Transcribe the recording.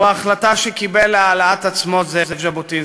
הוא ההחלטה שקיבל להעלאת עצמות זאב ז'בוטינסקי.